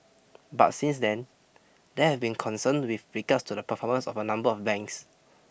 but since then there have been concern with regards to the performance of a number of banks